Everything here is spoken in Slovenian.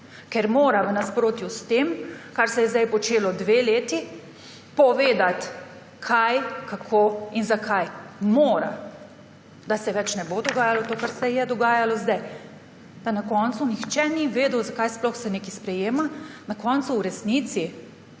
Ker mora v nasprotju s tem, kar se je zdaj počelo dve leti, povedati kaj, kako in zakaj. Mora, da se več ne bo dogajalo to, kar se je dogajalo zdaj, pa na koncu nihče ni vedel, zakaj sploh se nekaj sprejema. Na koncu v resnici,